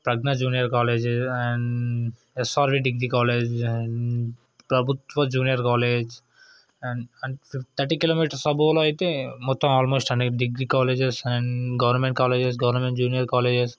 Pragna junior college and SRV degree college and ప్రభుత్వ junior college and um ఫి thirty kilometres అబోలో అయితే మొత్తం almost and degree colleges and government colleges government junior colleges